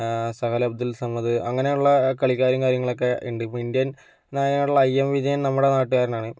സഹൽ അബ്ദുൾ സമദ് അങ്ങനെയുള്ള കളിക്കാരും കാര്യങ്ങളൊക്കെയുണ്ട് ഇപ്പോൾ ഇന്ത്യൻ നായകനായിട്ടുള്ള നിന്നുള്ള ഐ എം വിജയൻ നമ്മുടെ നാട്ടുകാരനാണ്